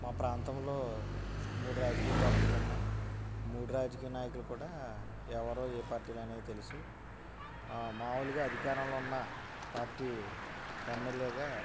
మా ప్రాంతంలో మూడు రాజకీయ పార్టీలు ఉన్నాయి మూడు రాజకీయ నాయకులు కూడా ఎవరు ఏ పార్టీ అనేది తెలుసు మాములుగా అధికారంలో ఉన్న పార్టీ ఎమ్మెల్యేగా